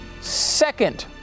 second